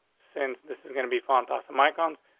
since this is gonna be font awesome icons,